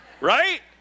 right